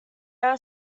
are